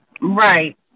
Right